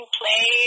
play